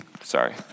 sorry